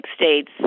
states